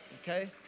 okay